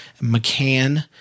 McCann